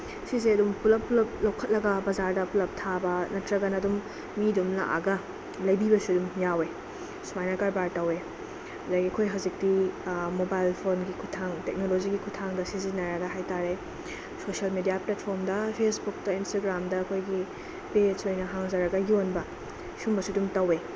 ꯁꯤꯁꯦ ꯑꯗꯨꯝ ꯄꯨꯂꯞ ꯄꯨꯂꯞ ꯂꯧꯈꯠꯂꯒ ꯕꯖꯥꯔꯗ ꯄꯨꯂꯞ ꯊꯥꯕ ꯅꯠꯇ꯭ꯔꯒꯅ ꯑꯗꯨꯝ ꯃꯤ ꯑꯗꯨꯝ ꯂꯥꯛꯑꯒ ꯂꯩꯕꯤꯕꯁꯨ ꯑꯗꯨꯝ ꯌꯥꯎꯋꯦ ꯁꯨꯃꯥꯏꯅ ꯀꯔꯕꯥꯔ ꯇꯧꯋꯦ ꯑꯗꯩ ꯑꯩꯈꯣꯏ ꯍꯧꯖꯤꯛꯇꯤ ꯃꯣꯕꯥꯏꯜ ꯐꯣꯟꯒꯤ ꯈꯨꯠꯊꯥꯡ ꯇꯦꯛꯅꯣꯂꯣꯖꯤꯒꯤ ꯈꯨꯠꯊꯥꯡꯗ ꯁꯤꯖꯤꯟꯅꯔꯒ ꯍꯥꯏ ꯇꯥꯔꯦ ꯁꯣꯁꯦꯜ ꯃꯦꯗꯤꯌꯥ ꯄ꯭ꯂꯦꯠꯐꯣꯝꯗ ꯐꯦꯁꯕꯨꯛꯇ ꯏꯟꯁꯇꯒ꯭ꯔꯥꯝꯗ ꯑꯩꯈꯣꯏꯒꯤ ꯄꯦꯖ ꯑꯣꯏꯅ ꯍꯥꯡꯖꯔꯒ ꯌꯣꯟꯕ ꯁꯨꯝꯕꯁꯨ ꯑꯗꯨꯝ ꯇꯧꯋꯦ